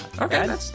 Okay